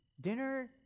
dinner